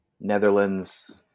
Netherlands